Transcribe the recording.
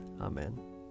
Amen